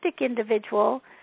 individual